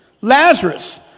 Lazarus